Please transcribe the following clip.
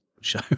show